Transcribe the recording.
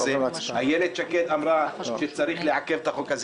ואיילת שקד אמרה שצריך לעקב את החוק,